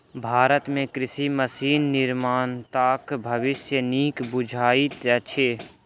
भारत मे कृषि मशीन निर्माताक भविष्य नीक बुझाइत अछि